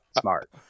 smart